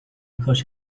کاش